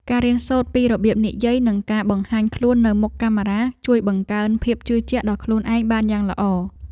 ការរៀនសូត្រពីរបៀបនិយាយនិងការបង្ហាញខ្លួននៅមុខកាមេរ៉ា ជួយបង្កើនភាពជឿជាក់ដល់ខ្លួនឯងបានយ៉ាងល្អ។